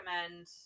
recommend